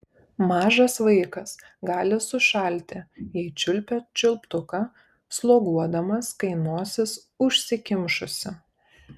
mažas vaikas gali sušalti jei čiulpia čiulptuką sloguodamas kai nosis užsikimšusi